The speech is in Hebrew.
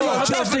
כזאת.